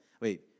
wait